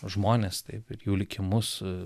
žmonės taip ir jų likimus